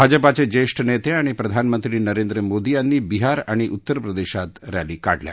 भाजपाचे ज्येष्ठ नेते आणि प्रधानमंत्री नरेंद्र मोदी यांनी बिहार आणि उत्तरप्रदेशात रॅली काढल्या